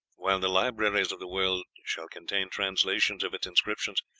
while the libraries of the world shall contain translations of its inscriptions,